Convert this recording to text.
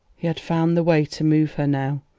he had found the way to move her now,